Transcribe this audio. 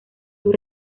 sus